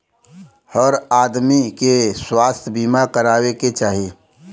हर आदमी के स्वास्थ्य बीमा कराये के चाही